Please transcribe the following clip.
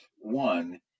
one